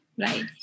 Right